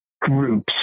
groups